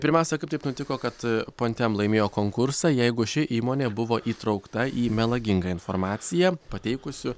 pirmiausia kaip taip nutiko kad pontem laimėjo konkursą jeigu ši įmonė buvo įtraukta į melagingą informaciją pateikusių